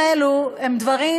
ראשונה.